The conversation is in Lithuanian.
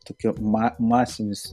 tokiu ma masinis